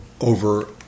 over